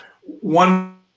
one